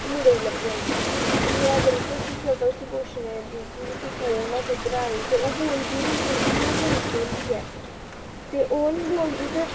ओह् न इक मुड़े गी लब्भी जंदी ओह् न ओह् बड़ी कोशिश करदा उस्सी पुच्छने दी की तूं कु'न ऐ तूं कुद्धरां आई ते ओह् बोलदी निं की जे ओह् गुंगी होंदी ऐ ते ओह् निं बोलदी ते